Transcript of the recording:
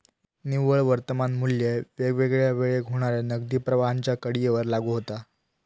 निव्वळ वर्तमान मू्ल्य वेगवेगळ्या वेळेक होणाऱ्या नगदी प्रवाहांच्या कडीयेवर लागू होता